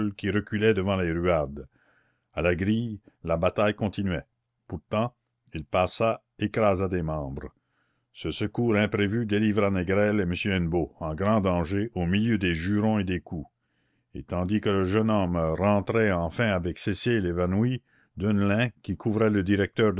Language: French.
qui reculait devant les ruades a la grille la bataille continuait pourtant il passa écrasa des membres ce secours imprévu délivra négrel et m hennebeau en grand danger au milieu des jurons et des coups et tandis que le jeune homme rentrait enfin avec cécile évanouie deneulin qui couvrait le directeur